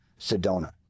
Sedona